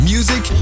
Music